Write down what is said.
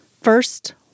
First